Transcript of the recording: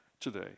today